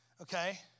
Okay